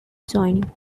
joining